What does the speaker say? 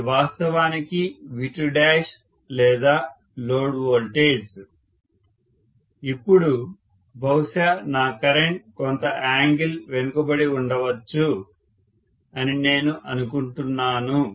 ఇది వాస్తవానికి V2లేదా లోడ్ వోల్టేజ్ ఇప్పుడు బహుశా నా కరెంట్ కొంత యాంగిల్ వెనుకబడి ఉండవచ్చు అని నేను అనుకుంటున్నాను